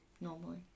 normally